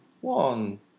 one